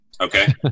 okay